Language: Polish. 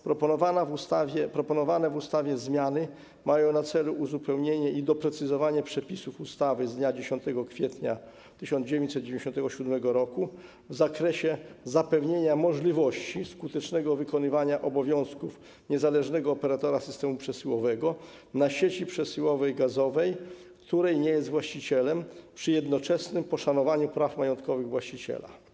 Proponowane w ustawie zmiany mają na celu uzupełnienie i doprecyzowanie przepisów ustawy z dnia 10 kwietnia 1997 r. w zakresie zapewnienia możliwości skutecznego wykonywania obowiązków niezależnego operatora systemu przesyłowego na sieci przesyłowej gazowej, której nie jest właścicielem, przy jednoczesnym poszanowaniu praw majątkowych właściciela.